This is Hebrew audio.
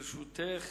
לרשותך